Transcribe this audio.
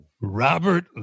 Robert